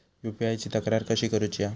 UPI ची तक्रार कशी करुची हा?